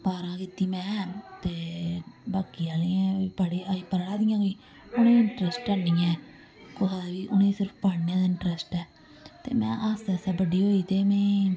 बारां कीती में ते बाकी आह्लें पढ़े अजें पढ़ा दियां कोई उ'नेंगी इंटरस्ट हैनी ऐ कुसा दा बी उ'नेंगी सिर्फ पढ़ने दा इंटरस्ट ऐ ते में आस्ता आस्ता बड्डी होई ते में